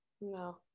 No